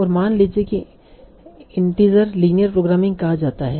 और मान लीजिए कि इन्टिजर लीनियर प्रोग्रामिंग कहा जाता है